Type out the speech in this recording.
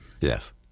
Yes